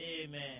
Amen